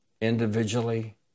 individually